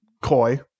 Coy